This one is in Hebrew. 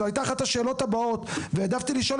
זו הייתה אחת השאלות הבאות והעדפתי לשאול